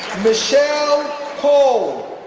michele kowal,